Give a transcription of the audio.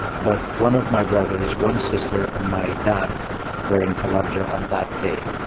but one of my brothers, one sister and my dad were in halabja on that day.